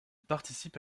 participe